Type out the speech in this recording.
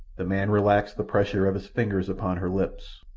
the man relaxed the pressure of his fingers upon her lips,